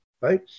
right